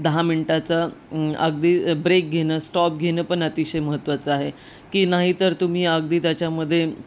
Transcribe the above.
दहा मिनटाचं अगदी ब्रेक घेणं स्टॉप घेणं पण अतिशय महत्त्वाचं आहे की नाहीतर तुम्ही अगदी त्याच्यामध्ये